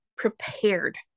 Prepared